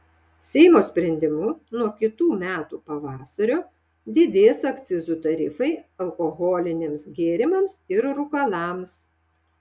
seimo sprendimu nuo kitų metų pavasario didės akcizų tarifai alkoholiniams gėrimams ir rūkalams